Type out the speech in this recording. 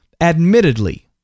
Admittedly